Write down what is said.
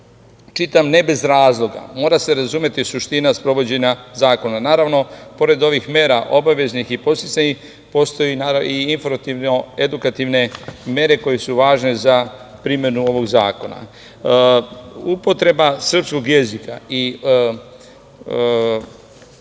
čitam ne bez razloga. Mora se razumeti suština sprovođenja zakona. Naravno, pored ovih mera obaveznih i podsticajnih, postoje i informativno-edukativne mere koje su važne za primenu ovog zakona. Upotreba srpskog jezika i očuvanje